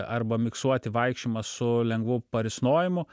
arba miksuoti vaikščiojimą su lengvu parisnojimu